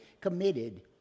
committed